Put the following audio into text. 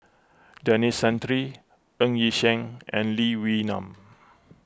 Denis Santry Ng Yi Sheng and Lee Wee Nam